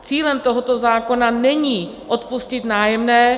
Cílem tohoto zákona není odpustit nájemné.